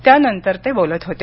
त्यानंतर ते बोलत होते